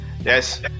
yes